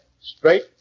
straight